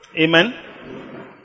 Amen